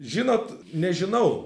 žinot nežinau